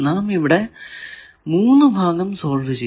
നാം ഇവിടെ 3 ഭാഗം സോൾവ് ചെയ്തു